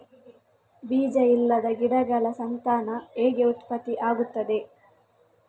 ಬೀಜ ಇಲ್ಲದ ಗಿಡಗಳ ಸಂತಾನ ಹೇಗೆ ಉತ್ಪತ್ತಿ ಆಗುತ್ತದೆ?